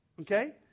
okay